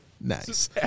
Nice